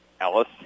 Ellis